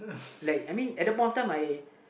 like I mean at the point of time I